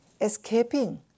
Escaping